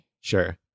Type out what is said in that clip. Sure